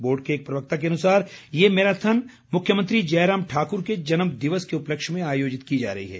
board के एक प्रवक्ता के अनुसार ये मैराथन मुख्यमंत्री जयराम ठाकुर के जन्म दिवस के उपलक्ष्य में आयोजित की जा रही है